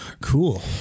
Cool